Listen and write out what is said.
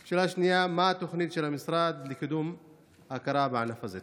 2. מה התוכנית של המשרד לקידום ההכרה בענף הזה?